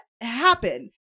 happen